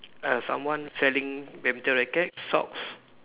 err someone selling badminton racket socks